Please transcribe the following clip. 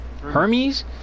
Hermes